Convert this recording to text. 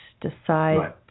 decide